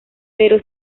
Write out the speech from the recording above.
pero